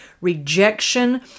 rejection